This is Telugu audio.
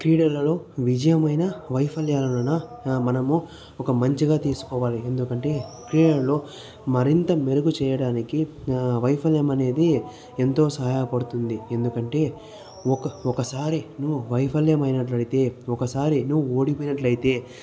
క్రీడలలో విజయమైన వైఫల్యాలను మనము ఒక మంచిగా తీసుకోవాలి ఎందుకంటే క్రీడలలో మరింత మెరుగు చేయడానికి వైఫల్యం అనేది ఎంతో సహాయపడుతుంది ఎందుకంటే ఒక ఒకసారి నువ్వు వైఫల్యం అయినట్లయితే ఒకసారి నువ్వు ఓడిపోయినట్లయితే